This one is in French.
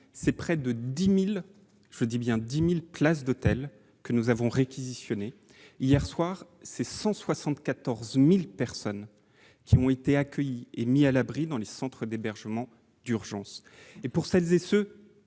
ce sont près de 10 000- je dis bien 10 000 -places d'hôtel que nous avons réquisitionnées. Hier soir, 174 000 personnes ont été accueillies et mises à l'abri dans les centres d'hébergement d'urgence. Pour celles et ceux